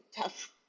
tough